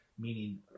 Meaning